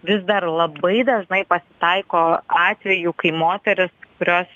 vis dar labai dažnai pasitaiko atvejų kai moterys kurios